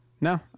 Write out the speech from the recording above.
No